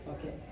Okay